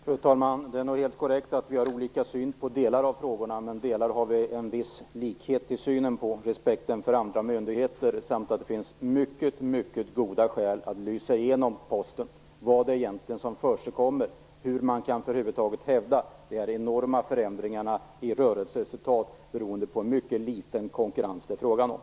Fru talman! Det är nog helt korrekt att vi har olika syn på delar av frågorna. Men vi har en viss likhet i synen på respekten för andra myndigheter samt att det finns mycket goda skäl att göra en genomlysning av Posten och se vad det egentligen är som försiggår. Hur kan man över huvud taget hävda att dessa enorma förändringar i rörelseresultat beror på den lilla konkurrens det är frågan om?